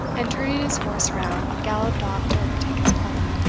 and, turning his horse round, galloped off to overtake his party.